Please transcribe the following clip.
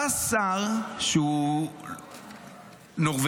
בא שר שהוא נורבגי,